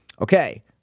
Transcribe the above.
Okay